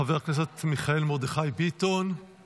חבר הכנסת מיכאל מרדכי ביטון,